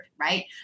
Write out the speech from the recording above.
right